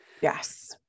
yes